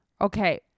Okay